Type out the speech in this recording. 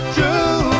True